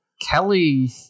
Kelly